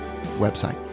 website